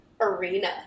arena